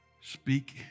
speak